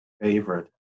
favorite